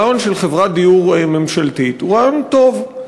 הרעיון של חברת דיור ממשלתית הוא רעיון טוב,